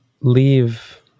leave